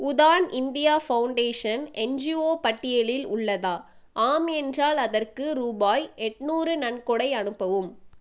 Udaan India foundation NGO பட்டியலில் உள்ளதா ஆம் என்றால் அதற்கு ரூபாய் எட்டுநூறு நன்கொடை அனுப்பவும்